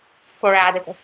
sporadic